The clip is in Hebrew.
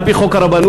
על-פי חוק הרבנות,